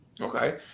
Okay